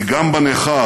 כי גם בנכר